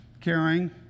Caring